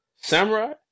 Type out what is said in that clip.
Samurai